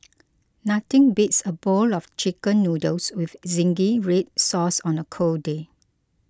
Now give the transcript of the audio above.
nothing beats a bowl of Chicken Noodles with Zingy Red Sauce on a cold day